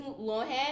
Lohan